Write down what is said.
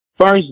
First